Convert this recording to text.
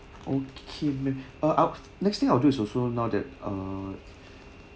okay may~ uh I'll next thing I'll do is also now that ah